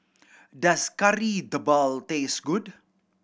does Kari Debal taste good